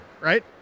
right